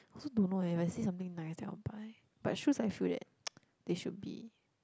also don't know eh if I see something nice then I'll buy but shoes I feel that they should be